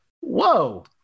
whoa